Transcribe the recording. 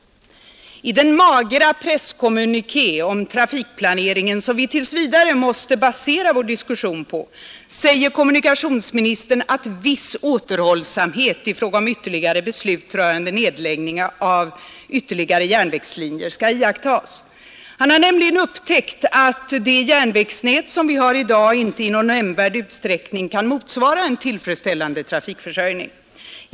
I den magra presskommuniké om trafikplaneringen som vi tills vidare måste basera vår diskussion på säger kommunikationsministern att ”viss återhållsamhet i fråga om ytterligare beslut rörande nedläggning av ytterligare järnvägslinjer” skall iakttas. Han har nämligen upptäckt att det järnvägsnät som vi har i dag inte i någon nämnvärd utsträckning kan motsvara en tillfredsställande trafikförsörjning.